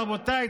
רבותיי,